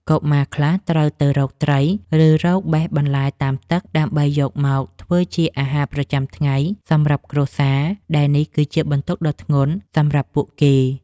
កុមារខ្លះត្រូវទៅរកត្រី ឬរកបេះបន្លែតាមទឹក ដើម្បីយកមកធ្វើជាអាហារប្រចាំថ្ងៃសម្រាប់គ្រួសារ ដែលនេះគឺជាបន្ទុកដ៏ធ្ងន់សម្រាប់ពួកគេ។